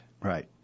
Right